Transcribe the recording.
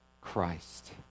Christ